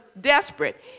desperate